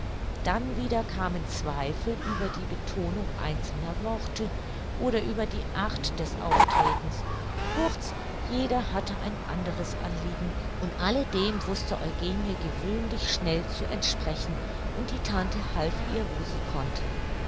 dann wieder kamen zweifel über die betonung einzelner worte oder über die art des auftretens kurz jeder hatte ein anderes anliegen und alle dem wußte eugenie gewöhnlich schnell zu entsprechen und die tante half ihr wo sie konnte